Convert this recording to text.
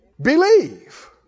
Believe